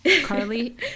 carly